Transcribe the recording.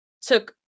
took